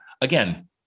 again